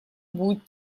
будет